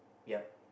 yup